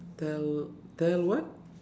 tell tell what